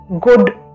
good